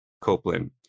Copeland